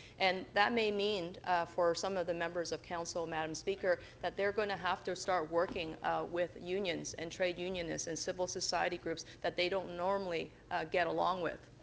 and that may mean for some of the members of council, madam speaker, that they're going to have to start working with unions and trade unions and civil society groups at that they don't normally get along with.